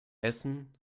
essen